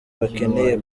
bakeneye